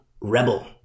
rebel